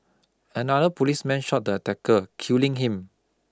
another policeman shot the attacker killing him